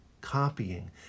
copying